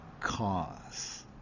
cause